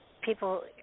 people